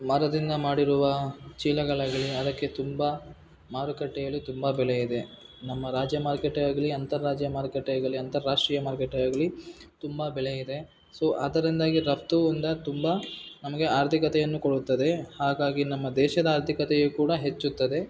ಮರದಿಂದ ಮಾಡಿರುವ ಚೀಲಗಳಾಗಲಿ ಅದಕ್ಕೆ ತುಂಬ ಮಾರುಕಟ್ಟೆಯಲ್ಲಿ ತುಂಬ ಬೆಲೆ ಇದೆ ನಮ್ಮ ರಾಜ್ಯ ಮಾರ್ಕೆಟೇ ಆಗಲಿ ಅಂತಾರಾಜ್ಯ ಮಾರ್ಕೆಟೇ ಆಗಲಿ ಅಂತಾರಾಷ್ಟ್ರೀಯ ಮಾರ್ಕೆಟೇ ಆಗಲಿ ತುಂಬ ಬೆಲೆಯಿದೆ ಸೊ ಅದರಿಂದಾಗಿ ರಫ್ತುಯಿಂದ ತುಂಬ ನಮಗೆ ಆರ್ಥಿಕತೆಯನ್ನು ಕೊಡುತ್ತದೆ ಹಾಗಾಗಿ ನಮ್ಮ ದೇಶದ ಆರ್ಥಿಕತೆಯು ಕೂಡ ಹೆಚ್ಚುತ್ತದೆ